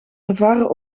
ervaren